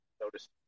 notice